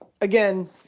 again